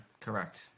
Correct